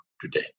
today